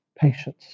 patience